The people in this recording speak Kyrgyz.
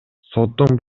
соттун